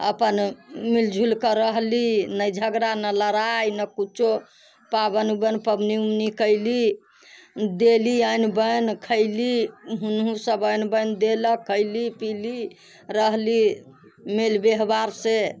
अपन मिलि जुलिके रहली ने झगड़ा ने लड़ाइ ने कुछो पाबनि उबनि पबनी उबनी कैली देली आइन बाइन खैली हमहूँ सब आइन बाइन देलक खैली पीली रहली मेल बेहबारसँ